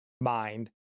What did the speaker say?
mind